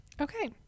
Okay